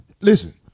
Listen